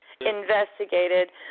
investigated